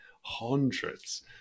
hundreds